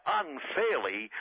unfairly